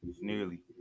nearly